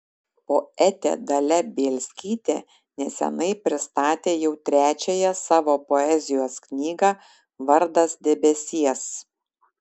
poetė dalia bielskytė neseniai pristatė jau trečiąją savo poezijos knygą vardas debesies